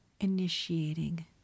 initiating